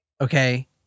Okay